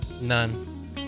None